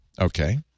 Okay